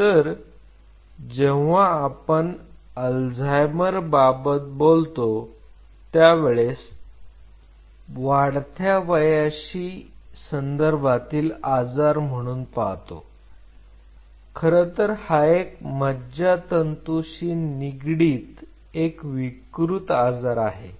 तर जेव्हा केव्हा आपण अल्झायमर बाबत बोलतो त्यावेळेस वाढत्या वयाशी संदर्भातील आजार म्हणून पाहतो खरंतर हा एक मज्जातंतूशी निगडीत विकृत आजार आहे